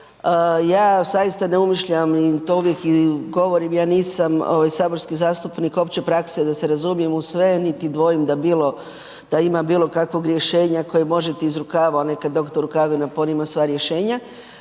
ja zaista ne umišljam i to uvijek govorim ja nisam ovaj saborski zastupnik opće prakse da se razumijem u sve niti dvojim da bilo, da ima bilo kakvog rješenja koje možete iz rukava, onaj kad doktor Rukavina, pa on ima sva rješenja,